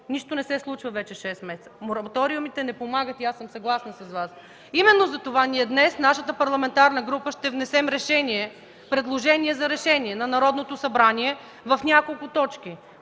Нищо не се случва вече 6 месеца. Мораториумите не помагат и аз съм съгласна с Вас. Именно затова днес нашата парламентарна група ще внесе предложение за решение на Народното събрание в няколко точки.